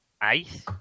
Ice